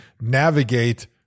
navigate